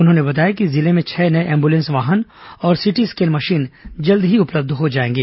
उन्होंने बताया कि जिले में छह नये एंबुलेंस वाहन और सिटी स्कैन मशीन जल्द ही उपलब्ध हो जाएंगी